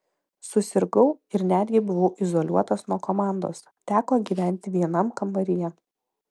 susirgau ir netgi buvau izoliuotas nuo komandos teko gyventi vienam kambaryje